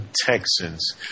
Texans